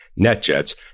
NetJets